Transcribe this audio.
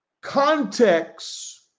context